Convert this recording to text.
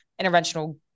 interventional